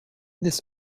this